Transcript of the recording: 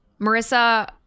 Marissa